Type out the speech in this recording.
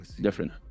different